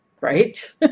Right